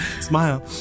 smile